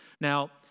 Now